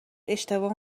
اشتباه